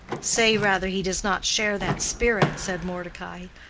say, rather, he does not share that spirit, said mordecai,